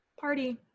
Party